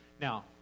Now